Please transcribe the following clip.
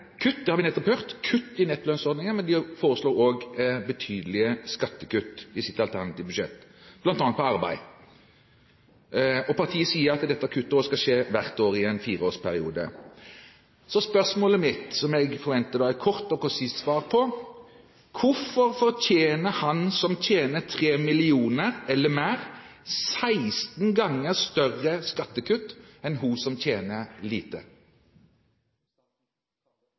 kutt – det har vi nettopp hørt – i nettolønnsordningen, men de foreslår også betydelige skattekutt i sitt alternative budsjett, bl.a. på arbeid. Partiet sier at dette kuttet skal skje hvert år i en fireårsperiode. Spørsmålet mitt, som jeg forventer et kort og konsist svar på, er: Hvorfor fortjener han som tjener 3 mill. kr eller mer, 16 ganger større skattekutt enn hun som tjener lite?